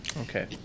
Okay